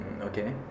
Okay